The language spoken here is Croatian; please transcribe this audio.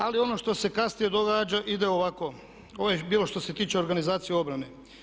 Ali ono što se kasnije događa ide ovako, ovo je bilo što se tiče organizacije obrane.